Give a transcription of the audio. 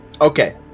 Okay